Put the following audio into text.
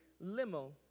Limo